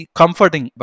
comforting